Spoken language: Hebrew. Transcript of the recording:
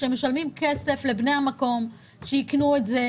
שמשלמים כסף לבני המקום כדי שיקנו דירות,